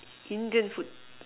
Indian food